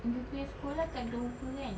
you punya sekolah kat Dover kan